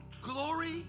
Glory